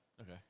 Okay